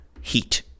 heat